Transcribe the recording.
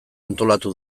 antolatu